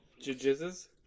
Jizzes